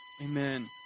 Amen